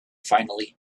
finally